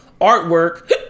artwork